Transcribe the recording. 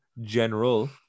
General